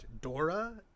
dora